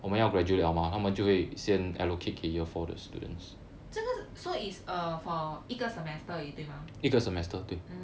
这个 so is for uh 一个 semester 对而已吗 mm